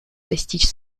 достичь